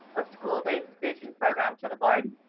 a school-based vision program to the board.